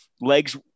legs